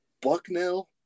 Bucknell